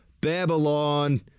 Babylon